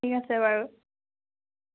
ঠিক আছে বাৰু